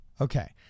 Okay